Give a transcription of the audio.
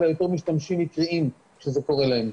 אלא יותר משתמשים מקריים שזה קורה להם.